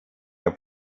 auf